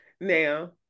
Now